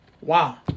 Wow